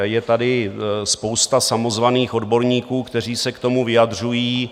Je tady spousta samozvaných odborníků, kteří se k tomu vyjadřují.